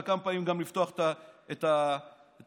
וכמה פעמים גם לפתוח את הניאגרה.